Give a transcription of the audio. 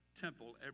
temple